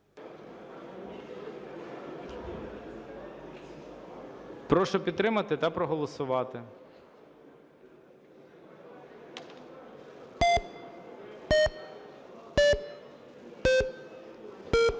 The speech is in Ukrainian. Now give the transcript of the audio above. Прошу підтримати та проголосувати. 10:55:57